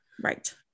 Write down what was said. right